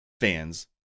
Fans